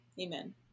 Amen